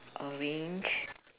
orange